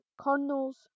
Cardinals